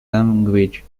language